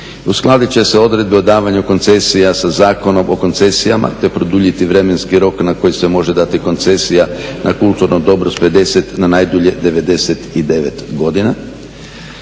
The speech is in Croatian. Uskladit će se odredbe o davanju koncesija sa Zakonom o koncesijama, te produljiti vremenski rok na koji se može dati koncesija na kulturno dobro s 50 na najdulje 99 godina.